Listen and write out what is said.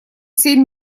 семь